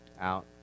out